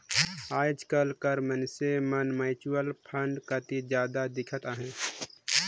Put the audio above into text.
आएज काएल कर मइनसे मन म्युचुअल फंड कती जात दिखत अहें